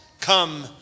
come